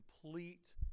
complete